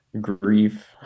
grief